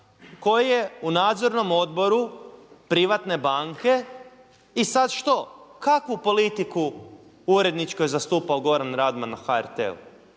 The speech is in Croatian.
koji je u nadzornom odboru privatne banke. I sada što? Kakvu politiku uredničku je zastupao Goran Radman na HRT-u,